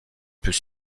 plus